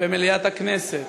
במליאת הכנסת,